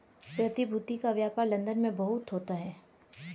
प्रतिभूति का व्यापार लन्दन में बहुत होता है